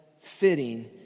fitting